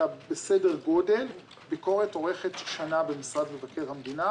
בסדר גודל ביקורת עורכת שנה במשרד מבקר המדינה